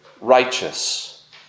righteous